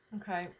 Okay